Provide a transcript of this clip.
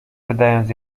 wydając